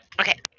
Okay